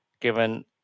given